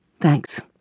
Thanks